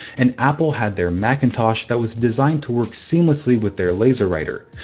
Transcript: and apple had their macintosh that was designed to work seamlessly with their laserwriter,